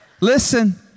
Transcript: Listen